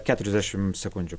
keturiasdešim sekundžių